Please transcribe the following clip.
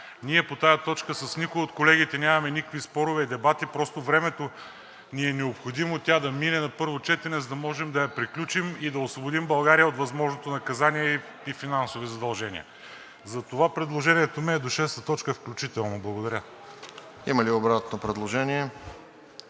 Ние по тази точка с никои от колегите нямаме никакви спорове и дебати, просто времето ни е необходимо тя да мине на първо четене, за да можем да я приключим и да освободим България от възможното наказание и финансови задължения. Затова предложението ми е до шеста точка включително. Благодаря. ПРЕДСЕДАТЕЛ РОСЕН